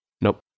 Nope